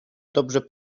dobrze